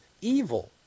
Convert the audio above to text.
evil